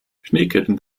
schneeketten